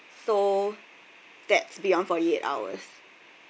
so that's beyond forty eight hours